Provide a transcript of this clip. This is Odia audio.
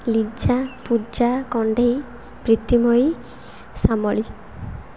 ଲିଜା ପୂଜା କଣ୍ଢେଇ ପ୍ରୀତିମୟୀ ଶ୍ୟାମଳି